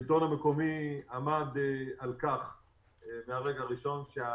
השלטון המקומי עמד מהרגע הראשון על כך